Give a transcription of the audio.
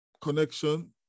connection